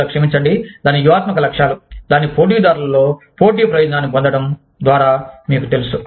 లేదా క్షమించండి దాని వ్యూహాత్మక లక్ష్యాలు దాని పోటీదారులలో పోటీ ప్రయోజనాన్ని పొందడం ద్వారా మీకు తెలుసు